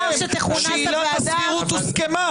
שעילת הסבירות הוסכמה.